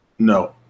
No